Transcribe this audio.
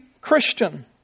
Christian